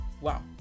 Wow